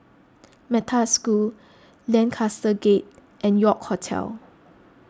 Metta School Lancaster Gate and York Hotel